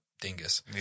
dingus